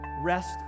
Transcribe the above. rest